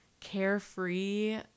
carefree